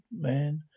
man